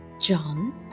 John